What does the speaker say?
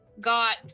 got